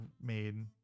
made